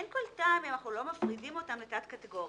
אין כל טעם אם אנחנו לא מפרידים אותם לתת קטגוריות.